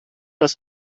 das